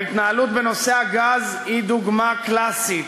ההתנהלות בנושא הגז היא דוגמה קלאסית,